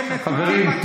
חברים,